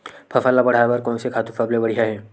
फसल ला बढ़ाए बर कोन से खातु सबले बढ़िया हे?